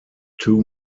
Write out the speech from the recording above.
two